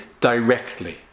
directly